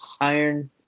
iron